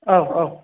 औ औ